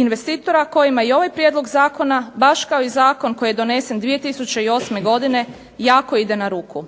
investitora kojima je ovaj prijedlog zakona baš kao i zakon koji je donesen 2008. godine jako ide na ruku.